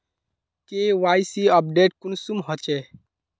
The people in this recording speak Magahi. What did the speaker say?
के.वाई.सी अपडेट कुंसम होचे?